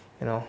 you know